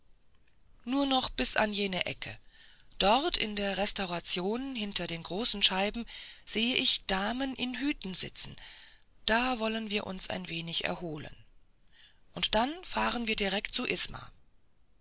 nur noch bis an jene ecke dort in der restauration hinter den großen scheiben sehe ich damen in hüten sitzen da wollen wir uns ein wenig erholen und dann fahren wir direkt zu